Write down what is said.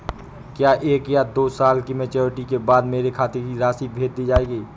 क्या एक या दो साल की मैच्योरिटी के बाद मेरे खाते में राशि भेज दी जाएगी?